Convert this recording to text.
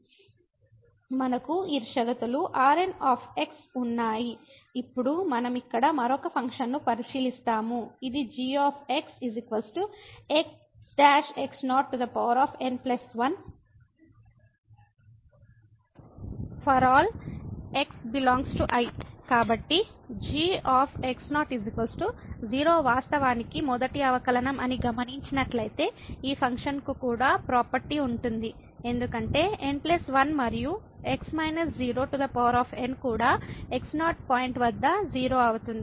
మనకు ఈ షరతులు Rn ఉన్నాయి ఇప్పుడు మనం ఇక్కడ మరొక ఫంక్షన్ను పరిశీలిస్తాము ఇది g n 1 ∀ x ∈ I కాబట్టి g 0 వాస్తవానికి మొదటి అవకలనం అని గమనించినట్లయితే ఈ ఫంక్షన్కు కూడా ప్రాపర్టీ ఉంటుంది ఎందుకంటే n1 మరియు n కూడా x0 పాయింట్ వద్ద 0 అవుతుంది